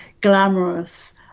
glamorous